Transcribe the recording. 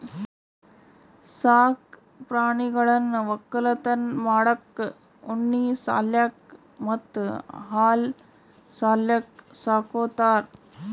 ಸಾಕ್ ಪ್ರಾಣಿಗಳನ್ನ್ ವಕ್ಕಲತನ್ ಮಾಡಕ್ಕ್ ಉಣ್ಣಿ ಸಲ್ಯಾಕ್ ಮತ್ತ್ ಹಾಲ್ ಸಲ್ಯಾಕ್ ಸಾಕೋತಾರ್